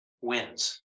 wins